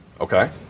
Okay